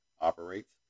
operates